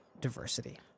diversity